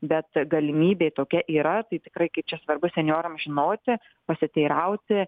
bet galimybė tokia yra tai tikrai kaip čia svarbu senjorams žinoti pasiteirauti